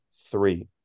three